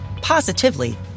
positively